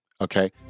okay